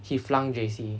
she flung J_C